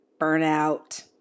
burnout